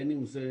בין אם "קמין",